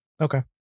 Okay